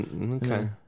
okay